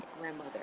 grandmother